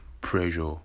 pressure